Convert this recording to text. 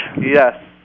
Yes